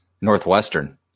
Northwestern